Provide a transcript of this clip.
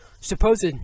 supposed